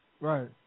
Right